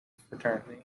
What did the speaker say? fraternity